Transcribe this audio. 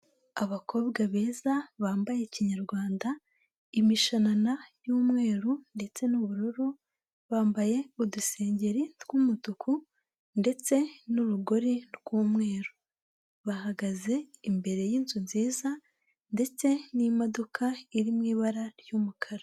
Abakobwa beza bambaye ikinyarwanda, imishanana y'umweru ndetse n'ubururu, bambaye udusengeri tw'umutuku ndetse n'urugori rw'umweru. Bahagaze imbere y'inzu nziza ndetse n'imodoka iri mu ibara ry'umukara.